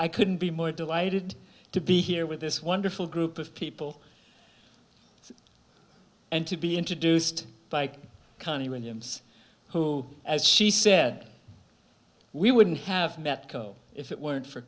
i couldn't be more delighted to be here with this wonderful group of people and to be introduced by county williams who as she said we wouldn't have met co if it weren't for